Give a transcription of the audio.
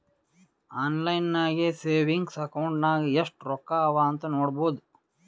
online ನಾಗೆ savings account ನಾಗ್ ಎಸ್ಟ್ ರೊಕ್ಕಾ ಅವಾ ಅಂತ್ ನೋಡ್ಬೋದು